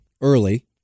early